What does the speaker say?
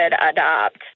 adopt